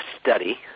study